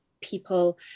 people